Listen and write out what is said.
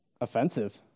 offensive